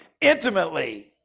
intimately